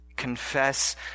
Confess